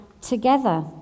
together